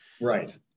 Right